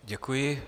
Děkuji.